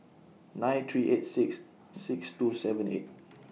nine three eight six six two seven eight